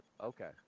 Okay